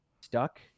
stuck